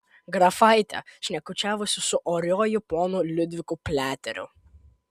grafaitė šnekučiavosi su oriuoju ponu liudviku pliateriu